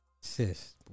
sis